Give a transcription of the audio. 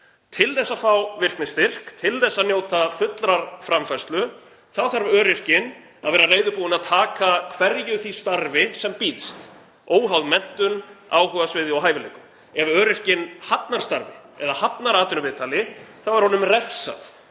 Til þess að fá virknistyrk og njóta fullrar framfærslu þarf öryrkinn að vera reiðubúinn að taka hverju því starfi sem býðst, óháð menntun, áhugasviði og hæfileikum. Ef öryrkinn hafnar starfi eða atvinnuviðtali er honum refsað